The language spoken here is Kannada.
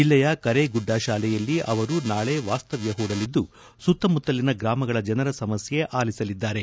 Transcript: ಜಿಲ್ಲೆಯ ಕರೇಗುಡ್ಡ ಶಾಲೆಯಲ್ಲಿ ಅವರು ನಾಳೆ ವಾಸ್ತವ್ಯ ಪೂಡಲಿದ್ದು ಸುತ್ತಮುತ್ತಲಿನ ಗ್ರಾಮಗಳ ಜನರ ಸಮಸ್ತ ಆಲಿಸಲಿದ್ದಾರೆ